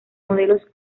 modelos